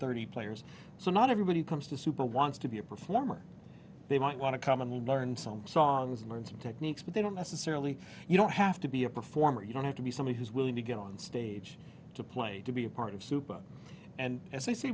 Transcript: thirty players so not everybody comes to super wants to be a performer they might want to come in and learn some songs and learn some techniques but they don't necessarily you don't have to be a performer you don't have to be someone who's willing to get on stage to play to be a part of super and as i say